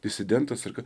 disidentas ir kad